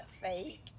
fake